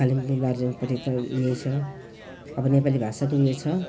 कालिम्पोङ दार्जिलिङपट्टि त यही छ अब नेपाली भाषाको उयो छ